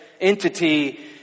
entity